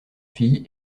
fille